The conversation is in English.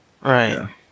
right